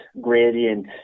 gradient